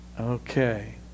Okay